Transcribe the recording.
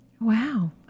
Wow